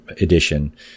edition